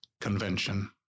Convention